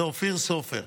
זה אופיר סופר.